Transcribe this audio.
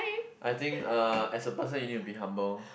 I think uh as a person you need to be humble